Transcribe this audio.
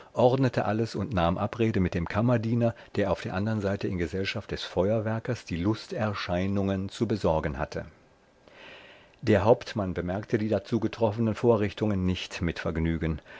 ordnete alles und nahm abrede mit dem kammerdiener der auf der andern seite in gesellschaft des feuerwerkers die lusterscheinungen zu besorgen hatte der hauptmann bemerkte die dazu getroffenen vorrichtungen nicht mit vergnügen